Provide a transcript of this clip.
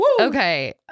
Okay